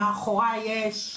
מאחוריי יש,